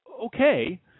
okay